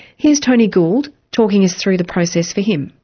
here's tony gould talking us through the process for him.